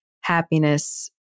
happiness